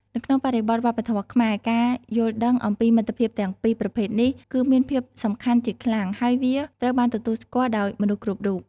នៅក្នុងបរិបទវប្បធម៌ខ្មែរ ការយល់ដឹងអំពីមិត្តភាពទាំងពីរប្រភេទនេះគឺមានភាពសំខាន់ជាខ្លាំង ហើយវាត្រូវបានទទួលស្គាល់ដោយមនុស្សគ្រប់រូប។